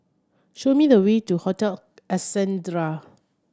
show me the way to Hotel Ascendere